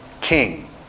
King